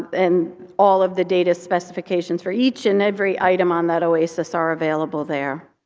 and all of the data specifications for each and every item on that oasis are available there.